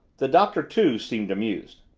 the doctor, too, seemed amused.